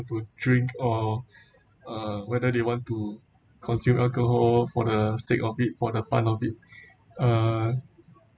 to drink or uh whether they want to consume alcohol for the sake of it for the fun of it uh